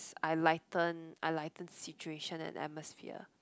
I lighten I lighten situation and atmosphere